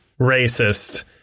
racist